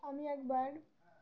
আমি একবার